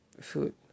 food